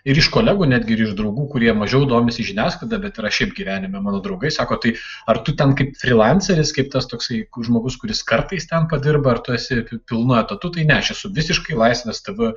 ir iš kolegų netgi ir iš draugų kurie mažiau domisi žiniasklaida bet yra šiaip gyvenime mano draugai sako tai ar tu ten kaip frylanseris kaip tas toksai žmogus kuris kartais ten padirba ar tu esi pilnu etatu tai ne aš esu visiškai laisvės tv